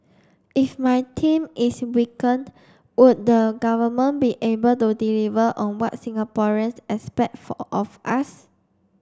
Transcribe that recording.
if my team is weakened would the government be able to deliver on what Singaporeans expect for of us